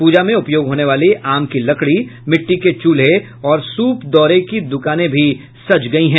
प्रजा में उपयोग होने वाली आम की लकड़ी मिट्टी के चूल्हे और सूप दौरे की दुकानें भी सज गयी हैं